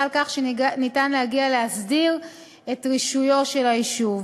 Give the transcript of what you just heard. על כך שניתן להסדיר את רישויו של היישוב.